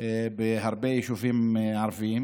בהרבה יישובים ערביים,